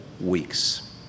weeks